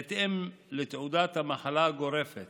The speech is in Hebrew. בהתאם לתעודת המחלה הגורפת